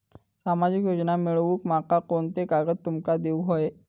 सामाजिक योजना मिलवूक माका कोनते कागद तुमका देऊक व्हये?